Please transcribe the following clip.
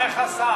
אומר לך שר.